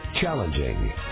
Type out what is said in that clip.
challenging